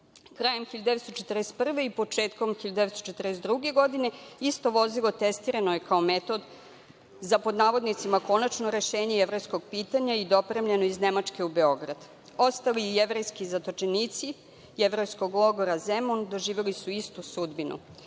1941. godine i početkom 1942. godine isto vozilo je testirano je kao metod za „konačno rešenje jevrejskog pitanja“ i dopremljeno iz Nemačke u Beograd. Ostali jevrejski zatočenici jevrejskog logora „Zemun“ doživeli su istu sudbinu.